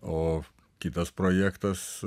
o kitas projektas